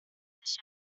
sich